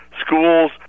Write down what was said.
Schools